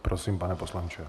Prosím, pane poslanče.